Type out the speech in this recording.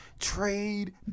trade